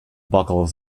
buckles